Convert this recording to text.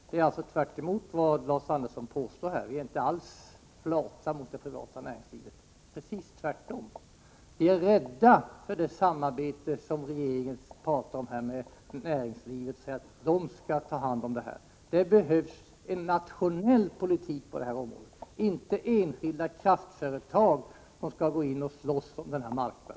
Det är alltså precis tvärtemot vad Lars Andersson påstår; vi är inte alls flata mot det privata näringslivet. Vi är tvärtom rädda för det samarbete med näringslivet som regeringen talar om. Det behövs en nationell politik på detta område — inte att enskilda kraftföretag går in och slåss om denna marknad.